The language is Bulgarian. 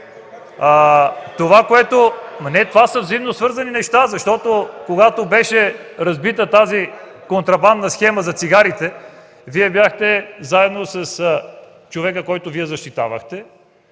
Това са взаимно свързани неща, защото, когато беше разбита контрабандната схема за цигарите, Вие бяхте заедно с човека, който защитавахте